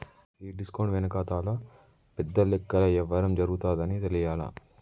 ఈ డిస్కౌంట్ వెనకాతల పెద్ద లెక్కల యవ్వారం జరగతాదని తెలియలా